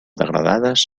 degradades